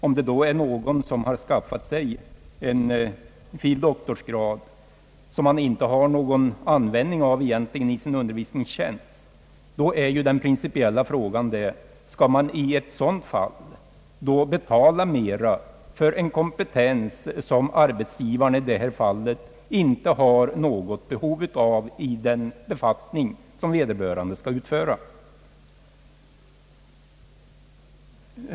Om det då är någon som har skaffat sig en fil. doktorsgrad, som han egentligen inte har någon praktisk användning av i sin undervisningstjänst, uppstår ju den principiella frågan: Skall man i ett sådant fall betala mera för en kompetens som arbetsgivaren i detta fall inte har något behov av i den befattning som vederbörande har och i det arbete han skall utföra?